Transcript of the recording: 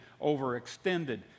overextended